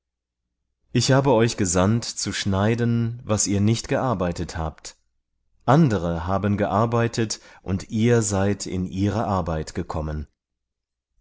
ich habe euch gesandt zu schneiden was ihr nicht gearbeitet habt andere haben gearbeitet und ihr seid in ihre arbeit gekommen